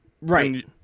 Right